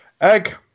Egg